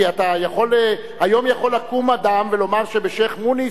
כי היום יכול לקום אדם ולומר שבשיח'-מוניס